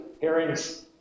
hearings